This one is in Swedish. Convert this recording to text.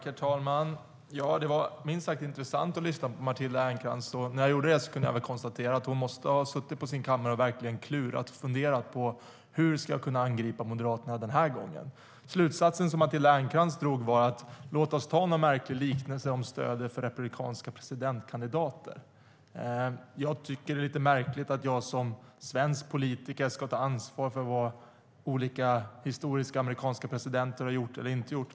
Herr talman! Det var minst sagt intressant att lyssna på Matilda Ernkrans. När jag gjorde det kunde jag konstatera att hon måste ha suttit på sin kammare och verkligen klurat och funderat på hur hon skulle kunna angripa Moderaterna denna gång. Den slutsats som Matilda Ernkrans drog var att det var läge att framföra en märklig liknelse om stödet för republikanska presidentkandidater. Jag tycker att det är lite märkligt att jag som svensk politiker ska ta ansvar för vad olika historiska amerikanska presidenter gjort eller inte gjort.